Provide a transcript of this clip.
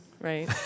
Right